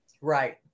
Right